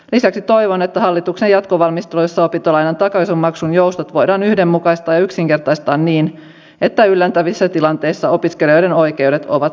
lisäksi toivon että hallituksen jatkovalmisteluissa opintolainan takaisinmaksun joustot voidaan yhdenmukaistaa ja yksinkertaistaa niin että yllättävissä tilanteissa opiskelijoiden oikeudet ovat samat